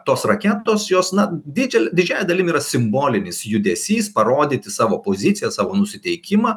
tos raketos jos na didžia didžiąja dalim yra simbolinis judesys parodyti savo poziciją savo nusiteikimą